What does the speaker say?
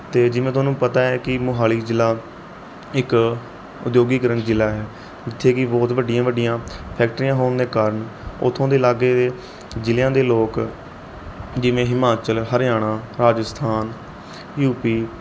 ਅਤੇ ਜਿਵੇਂ ਤੁਹਾਨੂੰ ਪਤਾ ਹੈ ਕਿ ਮੋਹਾਲੀ ਜ਼ਿਲ੍ਹਾ ਇੱਕ ਉਦਯੋਗੀਕਰਨ ਜ਼ਿਲ੍ਹਾ ਹੈ ਜਿੱਥੇ ਕਿ ਬਹੁਤ ਵੱਡੀਆਂ ਵੱਡੀਆਂ ਫੈਕਟਰੀਆਂ ਹੋਣ ਦੇ ਕਾਰਨ ਉੱਥੋਂ ਦੇ ਲਾਗੇ ਦੇ ਜ਼ਿਲ੍ਹਿਆਂ ਦੇ ਲੋਕ ਜਿਵੇਂ ਹਿਮਾਚਲ ਹਰਿਆਣਾ ਰਾਜਸਥਾਨ ਯੂ ਪੀ